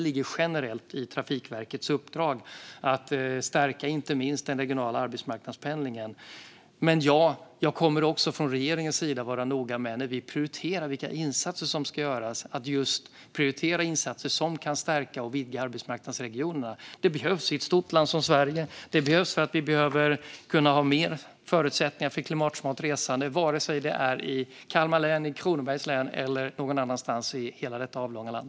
Det ligger i Trafikverkets uppdrag att generellt stärka inte minst den regionala arbetsmarknadspendlingen. Och ja, jag kommer från regeringens sida att vara noga med att prioritera insatser som kan stärka och vidga arbetsmarknadsregioner när vi anger vilka insatser som ska göras. Det här behövs i ett stort land som Sverige. Det behövs också för att vi ska kunna ha bättre förutsättningar för klimatsmart resande, vare sig det sker i Kalmar län, Kronobergs län eller någon annanstans i hela detta avlånga land.